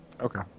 Okay